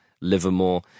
Livermore